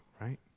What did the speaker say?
right